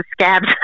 scabs